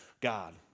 God